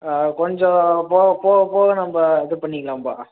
ஆ கொஞ்சம் போக போக போக நம்ப இது பண்ணிக்கலாம்பா